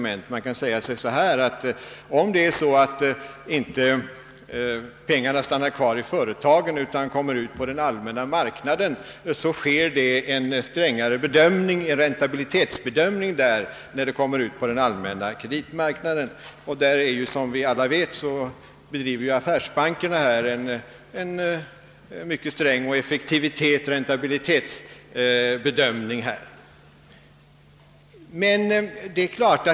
Man kan säga att om pengarna inte stannar kvar i företagen utan kommer ut på den allmänna marknaden, sker en strängare räntabilitetsbedömning. Som vi alla vet, bedriver affärsbankerna en mycket sträng och effektiv räntabilitetsbedömning.